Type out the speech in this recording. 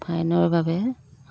ফাইনৰ বাবে